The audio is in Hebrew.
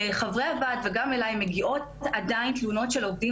לחברי הוועד וגם אלי עדיין מגיעות תלונות של עובדים